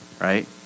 right